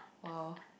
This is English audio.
!wow!